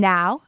Now